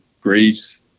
Greece